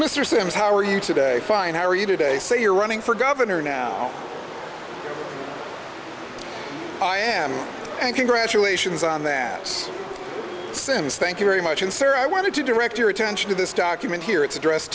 mr sims how are you today fine how are you today so you're running for governor now i am and congratulations on that since thank you very much and sir i want to direct your attention to this document here it's addressed